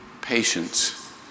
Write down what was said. patience